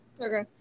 Okay